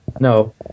No